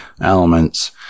elements